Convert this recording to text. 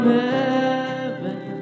heaven